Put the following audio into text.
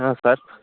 ಹಾಂ ಸರ್